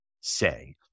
say